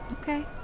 Okay